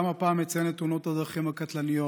גם הפעם אציין את תאונות הדרכים הקטלניות